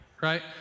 right